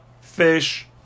fish